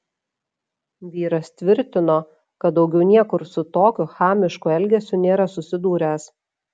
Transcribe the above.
vyras tvirtino kad daugiau niekur su tokiu chamišku elgesiu nėra susidūręs